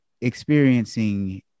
experiencing